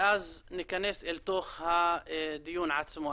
ואז ניכנס אל תוך הדיון עצמו.